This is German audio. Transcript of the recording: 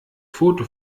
foto